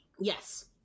yes